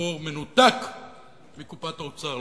טבור מנותק מקופת האוצר.